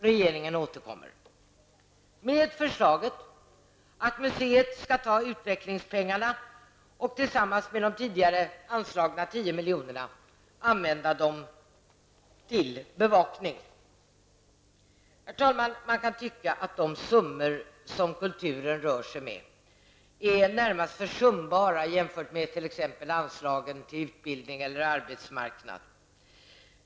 Regeringen återkom med förslaget att museerna skall ta utvecklingspengarna och använda dem tillsammans med de tidigare anslagna 10 Herr talman! Man kan tycka att de summor som kulturen rör sig med är närmast försumbara jämfört med t.ex. anslagen till utbildning eller arbetsmarknad.